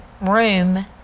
room